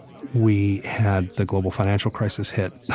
we had the global financial crisis hit.